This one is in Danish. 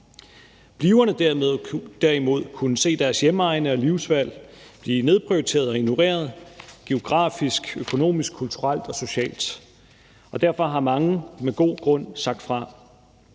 Bliverne, derimod, kunne se deres hjemegn og livsvalg blive nedprioriteret og ignoreret geografisk, økonomisk, kulturelt og socialt. Derfor har mange med god grund sagt fra.